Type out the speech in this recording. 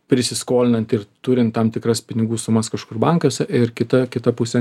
prisiskolinant ir turint tam tikras pinigų sumas kažkur bankuose ir kita kita pusė